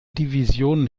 division